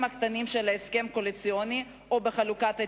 הקטנים של ההסכם הקואליציוני או בחלוקת התיקים.